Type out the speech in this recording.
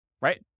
right